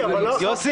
ובסוף...